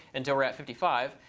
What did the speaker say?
until we're at fifty five.